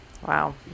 Wow